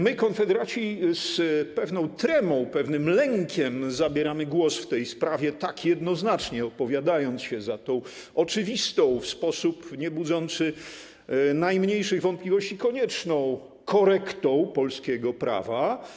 My, konfederaci, z pewną tremą, pewnym lękiem zabieramy głos w tej sprawie, tak jednoznacznie opowiadając się za tą oczywistą w sposób niebudzący najmniejszych wątpliwości, konieczną korektą polskiego prawa.